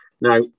Now